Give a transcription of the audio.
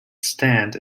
stand